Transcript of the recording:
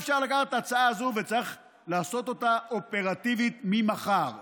אפשר לקחת את ההצעה הזו וצריך לעשות אותה אופרטיבית ממחר,